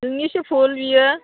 नोंनिसो भुल बेयो